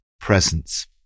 presence